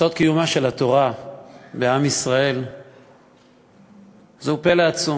סוד קיומה של התורה בעם ישראל זהו פלא עצום,